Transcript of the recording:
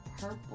Purple